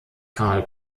karl